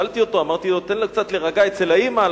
אמרתי לו: תן לה קצת להירגע אצל האמא,